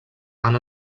han